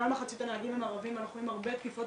מעל מחצית הנהגים הם ערבים ואנחנו רואים הרבה תקיפות